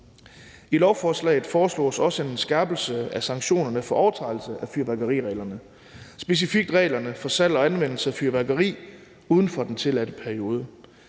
I lovforslaget foreslås også en skærpelse af sanktionerne for overtrædelse af fyrværkerireglerne. Det gælder specifikt reglerne for salg og anvendelse af fyrværkeri uden for den tilladte periode.